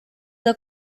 del